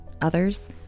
others